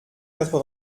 quatre